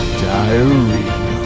diarrhea